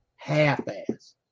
half-ass